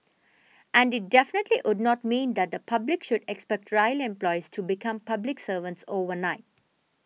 and it definitely would not mean that the public should expect rail employees to become public servants overnight